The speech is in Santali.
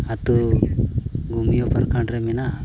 ᱟᱛᱳ ᱜᱩᱢᱭᱟᱹ ᱯᱨᱚᱠᱷᱚᱸᱰ ᱨᱮ ᱢᱮᱱᱟᱜᱼᱟ